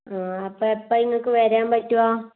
ആ അപ്പം എപ്പം ഇങ്ങക്ക് വരാൻ പറ്റുക